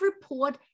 report